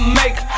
make